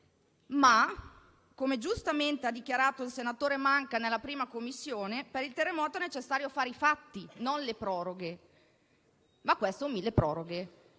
Ma, come giustamente ha dichiarato il senatore Manca nella 1a Commissione, per il terremoto è necessario fare i fatti, non le proroghe. Ma questo è un milleproroghe